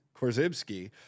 Korzybski